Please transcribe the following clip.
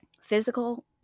physical